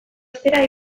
ostera